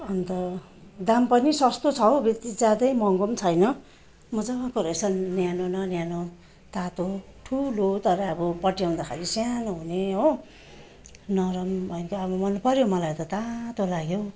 अन्त दाम पनि सस्तो छ हौ त्यति ज्यादै महँगो पनि छैन मजाको रहेछ न्यानो न न्यानो तातो ठुलो तर अब पट्ट्याउँदाखेरि सानो हुने हो नरम मन पऱ्यो मलाई त तातो लाग्यो हौ